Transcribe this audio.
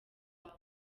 zawe